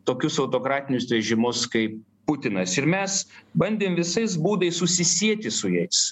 tokius autokratinius režimus kaip putinas ir mes bandėm visais būdais susisieti su jais